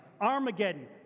Armageddon